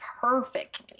perfect